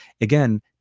again